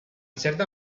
certa